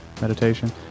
meditation